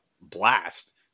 blast